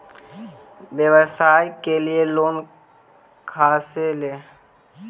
व्यवसाय के लिये लोन खा से ले?